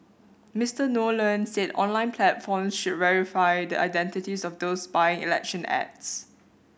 Mister Nolan said online platforms should verify the identities of those buying election ads